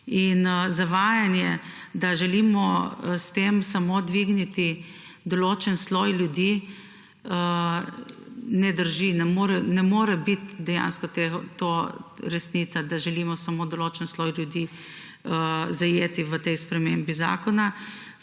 Zavajanje, da želimo s tem samo dvigniti določen sloj ljudi, ne drži. Ne more biti dejansko resnica to, da želimo samo določen sloj ljudi zajeti v tej spremembi zakona.